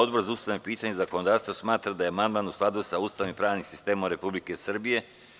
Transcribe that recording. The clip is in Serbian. Odbor za ustavna pitanja i zakonodavstvo smatra da je amandman u sklaud sa Ustavom i pravnim sistemom Republike Srbije.